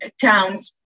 towns